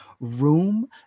room